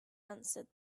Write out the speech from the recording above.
answered